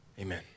Amen